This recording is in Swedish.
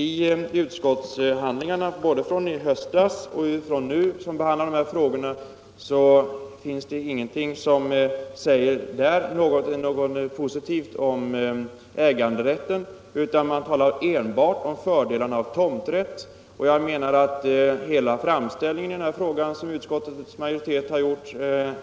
I utskottshandlingarna har det varken nu eller i höstas sagts någonting positivt om äganderätten, utan det talas enbart om fördelarna med tomträtt. Jag menar att utskottsmajoritetens hela framställning av denna fråga